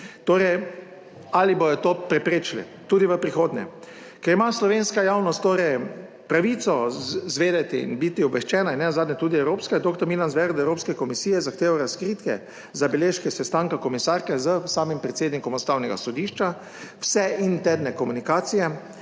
torej, ali bodo to preprečili tudi v prihodnje, ker ima slovenska javnost torej pravico izvedeti in biti obveščena in nenazadnje tudi evropska, je doktor Milan Zver od Evropske komisije je zahteval razkritje za beležke sestanka komisarke s samim predsednikom Ustavnega sodišča, vse interne komunikacije,